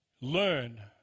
learn